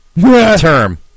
term